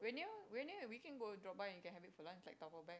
we are near we are near here we can go drop by and get have it for lunch like dabao back